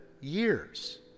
years